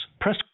Press